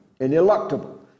ineluctable